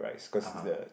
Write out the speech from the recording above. (uh huh)